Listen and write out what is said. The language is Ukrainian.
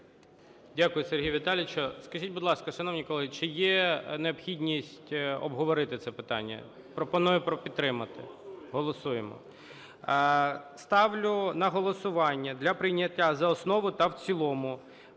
Дякую, Сергію Віталійовичу. Скажіть, будь ласка, шановні колеги, чи є необхідність обговорити це питання? Пропоную підтримати. Голосуємо. Ставлю на голосування для прийняття за основу та в цілому